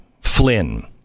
Flynn